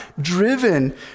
driven